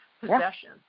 possession